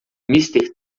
mister